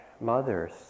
mothers